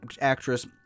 actress